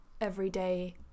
everyday